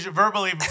verbally